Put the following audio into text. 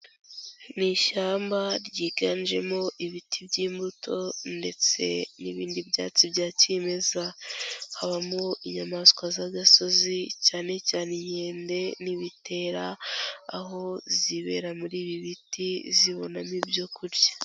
Ni ishyamba ryiganjemo ibiti by'imbuto ndetse n'ibindi byatsi bya kimeza, habamo inyamaswa z'agasozi cyane cyane inkende n'ibitera, aho zibera muri ibi biti zibonamo ibyo kurya.